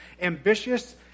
ambitious